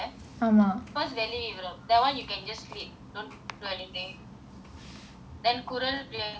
first value இவ்ளோ:ivlo that [one] you can just skip don't do anything then குரல்:kural I mean I will be dealing with all of them lah